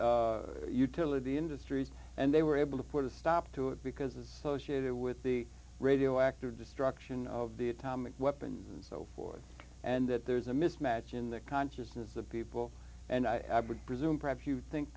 industries and they were able to put a stop to it because it's so shit with the radioactive destruction of the atomic weapons so forth and that there's a mismatch in the consciousness of people and i would presume perhaps you think